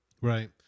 Right